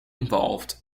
involved